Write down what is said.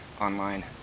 online